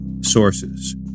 sources